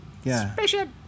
Spaceship